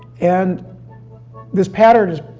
and this pattern is,